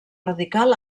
radical